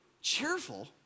Cheerful